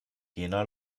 jena